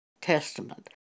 Testament